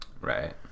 Right